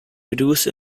reduced